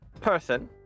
Person